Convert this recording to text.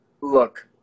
Look